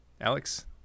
Alex